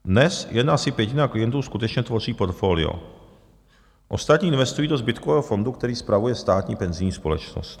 Dnes jen asi pětina klientů skutečně tvoří portfolio, ostatní investují do zbytkového fondu, který spravuje Státní penzijní společnost.